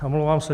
Omlouvám se.